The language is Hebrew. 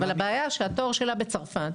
אבל הבעיה שהתואר שלה בצרפת,